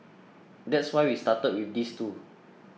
that's why we started with these two